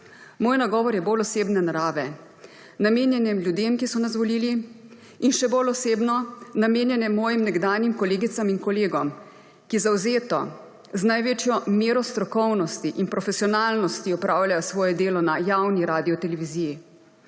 Moj nagovor je bolj osebne narave. Namenjen je ljudem, ki so nas volili, in še bolj osebno, namenjen je mojim nekdanjim kolegicam in kolegom, ki zavzeto, z največjo mero strokovnosti in profesionalnosti opravljajo svoje delo na javni radioteleviziji.